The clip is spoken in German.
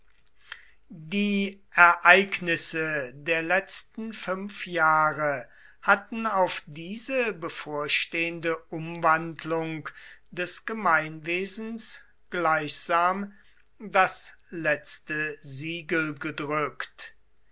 die ereignisse der letzten fünf jahre hatten auf diese bevorstehende umwandlung des gemeinwesens gleichsam das letzte siegel gedrückt